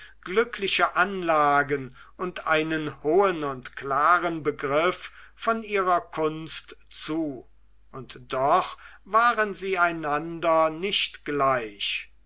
glückliche anlagen und einen hohen klaren begriff von ihrer kunst zu und doch waren sie einander nicht gleich